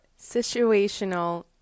situational